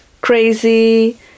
crazy